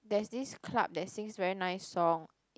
there's this club that sings very nice song